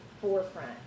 forefront